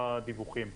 הדיווחים.